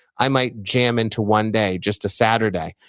i might jam into one day, just a saturday,